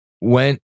went